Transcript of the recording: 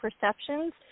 perceptions